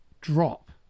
drop